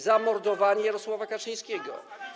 Zamordowanie Jarosława Kaczyńskiego.